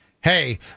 hey